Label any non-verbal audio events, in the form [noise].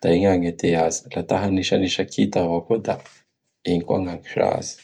da igny agnetea azy. Laha ta hanisanisa kita avao koa da [noise] igny koa gny agnisa azy.